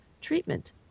treatment